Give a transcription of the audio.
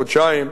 או חודשיים,